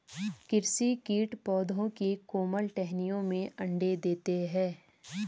कृषि कीट पौधों की कोमल टहनियों में अंडे देते है